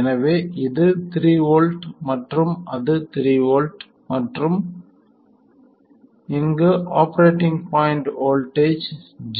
எனவே இது 3 வோல்ட் மற்றும் அது 3 வோல்ட் மற்றும் இங்கு ஆபரேட்டிங் பாய்ண்ட் வோல்ட்டேஜ்